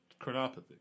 chronopathy